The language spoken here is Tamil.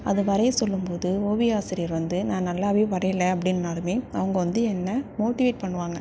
அது வரைய சொல்லும்போது ஓவிய ஆசிரியர் வந்து நான் நல்லாவே வரையலை அப்படினாலுமே அவங்க வந்து என்ன மோட்டிவேட் பண்ணுவாங்கள்